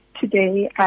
today